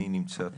אני נמצא פה,